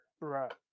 right